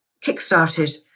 kick-started